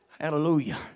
hallelujah